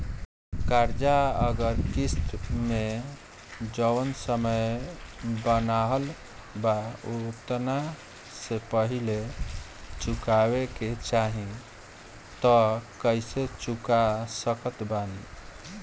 कर्जा अगर किश्त मे जऊन समय बनहाएल बा ओतना से पहिले चुकावे के चाहीं त कइसे चुका सकत बानी?